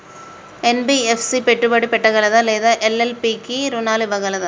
NBFC పెట్టుబడి పెట్టగలదా లేదా ఎల్.ఎల్.పి కి రుణాలు ఇవ్వగలదా?